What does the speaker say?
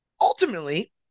Ultimately